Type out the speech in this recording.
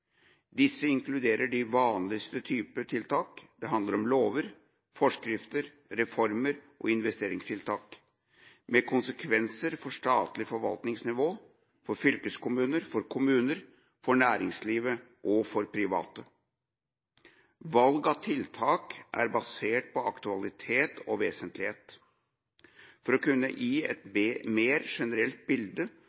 Disse inkluderer de vanligste typer tiltak. Det handler om lover, forskrifter, reformer og investeringstiltak, med konsekvenser for statlig forvaltningsnivå, fylkeskommuner, kommuner, næringsliv og private. Valg av tiltak er basert på aktualitet og vesentlighet. For å kunne gi et